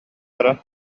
баран